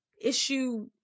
issue